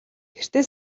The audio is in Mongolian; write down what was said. гэртээ